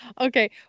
Okay